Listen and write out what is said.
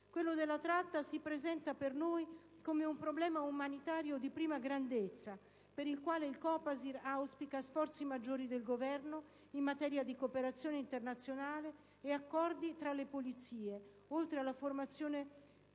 Quello della tratta si presenta per noi come un problema umanitario di prima grandezza per il quale il COPASIR auspica sforzi maggiori del Governo in materia di cooperazione internazionale ed accordi tra le polizie. Oltre alla formazione